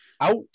out